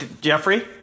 Jeffrey